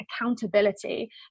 accountability